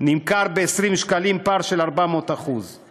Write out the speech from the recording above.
נמכר ב-20 שקלים, פער של 400%;